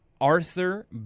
Arthur